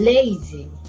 Lazy